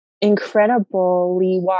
Incredibly